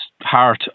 Heart